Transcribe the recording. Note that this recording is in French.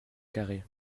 carré